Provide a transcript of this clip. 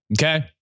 Okay